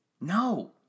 No